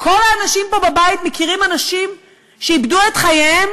כל האנשים פה בבית מכירים אנשים שאיבדו את חייהם